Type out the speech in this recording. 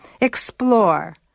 Explore